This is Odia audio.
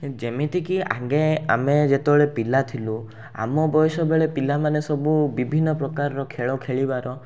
ଏଁ ଯେମିତିକି ଆଗେ ଆମେ ଯେତେବେଳେ ପିଲା ଥିଲୁ ଆମ ବୟସବେଳେ ପିଲାମାନେ ସବୁ ବିଭିନ୍ନପ୍ରକାର ଖେଳ ଖେଳିବାର